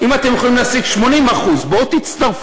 אם אתם יכולים להשיג 80%, בואו תצטרפו,